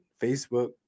Facebook